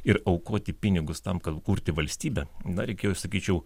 ir aukoti pinigus tam kad kurti valstybę na reikėjo sakyčiau